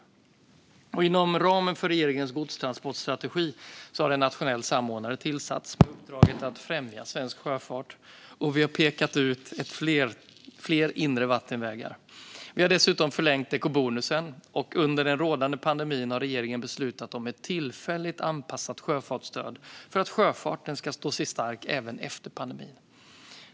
Inom ramen för regeringens godstransportstrategi har en nationell samordnare tillsatts med uppdraget att främja svensk sjöfart, och vi har pekat ut fler inre vattenvägar. Vi har dessutom förlängt ekobonusen, och under den rådande pandemin har regeringen beslutat om ett tillfälligt anpassat sjöfartsstöd för att sjöfarten ska stå sig stark även efter pandemin.